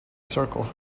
circle